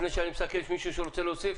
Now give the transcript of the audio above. לפני כן יש מישהו שרוצה להוסיף